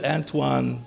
Antoine